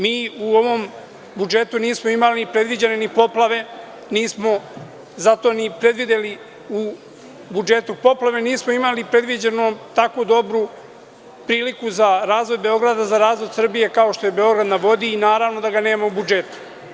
Mi u ovom budžetu nismo imali predviđene ni poplave i nismo zato ni predvideli u budžetu poplave, a nismo imali predviđeno ni tako dobru priliku za razvoj Beograd, za razvoj Srbije, kao što je „Beograd na vodi“ i naravno da ga nema u budžetu.